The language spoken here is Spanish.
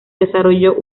desarrolló